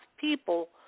people